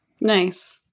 Nice